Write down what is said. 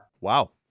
Wow